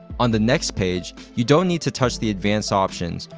on the next page, you don't need to touch the advanced options,